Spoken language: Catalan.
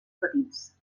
petits